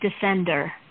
defender